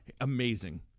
Amazing